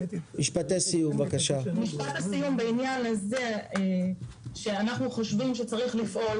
משפט הסיום בעניין הזה שאנחנו חושבים שצריך לפעול